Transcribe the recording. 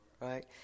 right